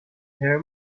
hear